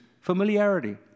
familiarity